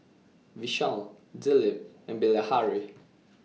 Vishal Dilip and Bilahari